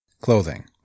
Clothing